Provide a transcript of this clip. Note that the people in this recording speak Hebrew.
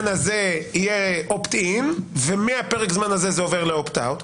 הזה יהיה opt in ומפרק הזמן הזה זה עובר ל-opt out.